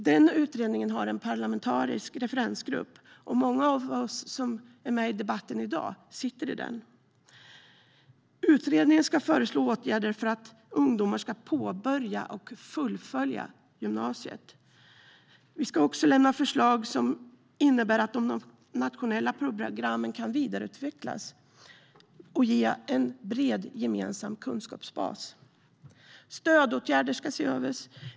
Den utredningen har en parlamentarisk referensgrupp, och många av oss som är med i debatten i dag sitter i den. Utredningen ska föreslå åtgärder för att ungdomar ska påbörja och fullfölja gymnasiet. Vi ska också lämna förslag som innebär att de nationella programmen kan vidareutvecklas och ge en bred gemensam kunskapsbas. Stödåtgärder ska ses över.